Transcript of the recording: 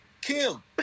Kim